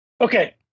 Okay